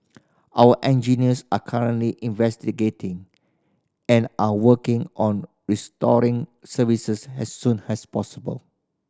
our engineers are currently investigating and are working on restoring services as soon as possible